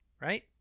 Right